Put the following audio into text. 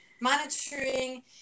monitoring